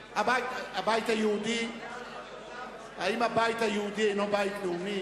אני מבקש להעיר עוד כמה הערות היום.